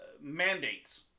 mandates